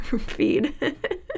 feed